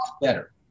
better